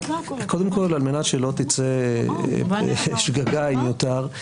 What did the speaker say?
קודם כל על מנת שלא תצא שגגה אם יותר,